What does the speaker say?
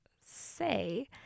say